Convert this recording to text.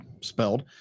spelled